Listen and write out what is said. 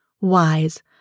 wise